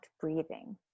breathing